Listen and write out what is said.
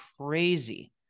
crazy